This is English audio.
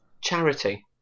Charity